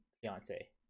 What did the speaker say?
fiance